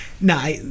no